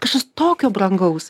kažkas tokio brangaus